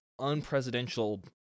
unpresidential